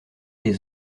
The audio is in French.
les